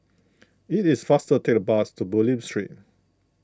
it is faster to take the bus to Bulim Street